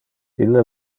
ille